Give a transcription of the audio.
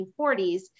1940s